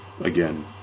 again